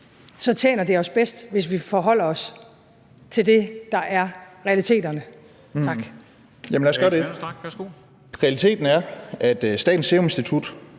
tjener det os bedst, hvis vi forholder os til det, der er realiteterne. Tak.